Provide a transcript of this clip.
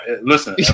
listen